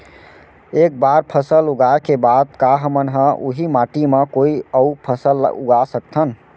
एक बार फसल उगाए के बाद का हमन ह, उही माटी मा कोई अऊ फसल उगा सकथन?